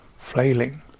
flailing